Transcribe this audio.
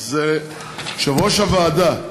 יושב-ראש הוועדה,